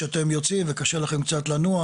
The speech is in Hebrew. כשאתם יוצאם וקשה לכם קצת לנוח,